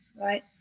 right